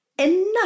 Enough